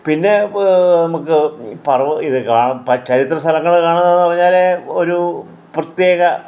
പിന്നെ നമുക്ക് പർവ ഇത് ചരിത്ര സ്ഥലങ്ങള് കാണുന്നതെന്ന് പറഞ്ഞാല് ഒരു പ്രത്യേക